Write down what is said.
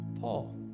Paul